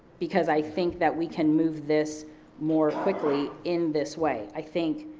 because i think that we can move this more quickly in this way. i think,